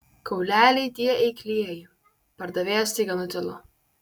kauleliai tie eiklieji pardavėjas staiga nutilo